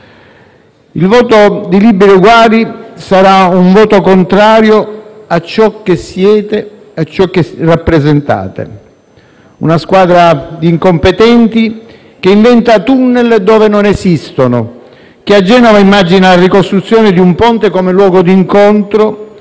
Il voto di Liberi e Uguali sarà un voto contrario a ciò che siete e rappresentate: una squadra di incompetenti, che inventa *tunnel* dove non esistono; che a Genova immagina la ricostruzione di un ponte come luogo di incontro